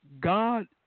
God